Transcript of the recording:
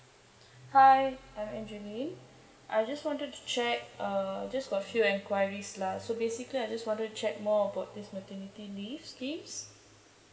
hi I'm A N G E L I N E I just wanted to check uh just a few enquiries lah so basically I just wanted to check more about this maternity leaves schemes